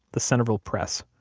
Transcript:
the centerville press.